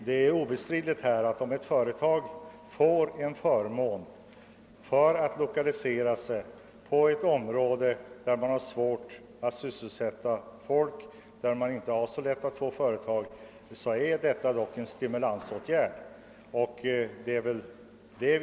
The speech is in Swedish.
Det är obestridligt att om ett företag får en förmån då det etablerar sig i ett område där det råder sysselsättningssvårigheter, innebär detta en stimulans för företaget i fråga.